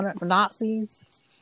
Nazis